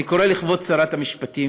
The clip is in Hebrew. אני קורא לכבוד שרת המשפטים